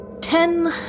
Ten